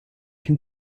can